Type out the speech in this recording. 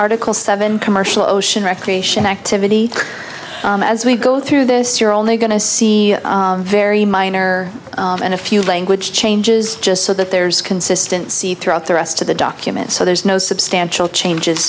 article seven commercial ocean recreation activity as we go through this you're only going to see very minor and a few language changes just so that there's consistency throughout the rest of the document so the no substantial changes